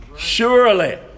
Surely